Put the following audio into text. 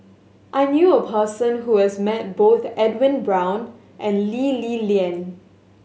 I knew a person who has met both Edwin Brown and Lee Li Lian